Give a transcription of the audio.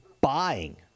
buying